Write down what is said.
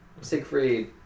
Siegfried